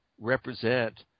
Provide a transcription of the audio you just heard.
represent –